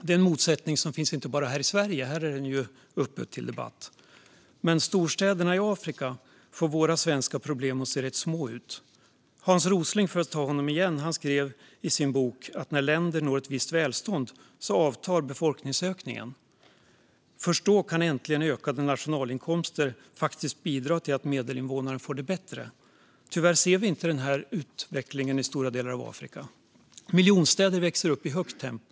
Det är en motsättning som finns inte bara här i Sverige - här är ju frågan ofta uppe till debatt - men storstäderna i Afrika får våra svenska problem att se rätt små ut. Hans Rosling, för att nämna honom igen, skrev i sin bok att när länder når ett visst välstånd avtar befolkningsökningen. Först då kan äntligen ökade nationalinkomster faktiskt bidra till att medelinvånaren får det bättre. Tyvärr ser vi inte den här utvecklingen i stora delar av Afrika. Miljonstäder växer upp i högt tempo.